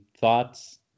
thoughts